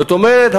זאת אומרת,